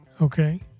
Okay